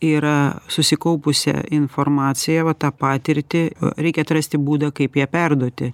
yra susikaupusią informaciją va tą patirtį reikia atrasti būdą kaip ją perduoti